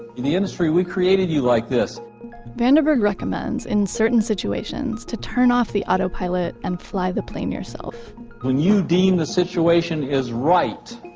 in the industry, we created you like this vanderburgh recommends in certain situations, to turn off the autopilot and fly the plane yourself when you deem the situation is right